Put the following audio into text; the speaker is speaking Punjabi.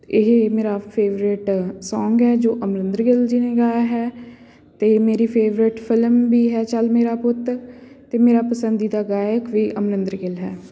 ਇਹ ਮੇਰਾ ਫੇਟਰੇਟ ਸੌਂਗ ਹੈ ਜੋ ਅਮਰਿੰਦਰ ਗਿੱਲ ਜੀ ਨੇ ਗਾਇਆ ਹੈ ਅਤੇ ਮੇਰੀ ਫੇਵਰੇਟ ਫਿਲਮ ਵੀ ਹੈ ਚੱਲ ਮੇਰਾ ਪੁੱਤ ਅਤੇ ਮੇਰਾ ਪਸੰਦੀਦਾ ਗਾਇਕ ਵੀ ਅਮਰਿੰਦਰ ਗਿੱਲ ਹੈ